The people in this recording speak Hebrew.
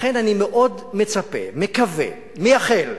לכן אני מאוד מצפה, מקווה, מייחל,